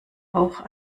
auch